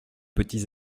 petits